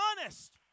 honest